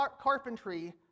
carpentry